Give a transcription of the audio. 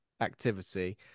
activity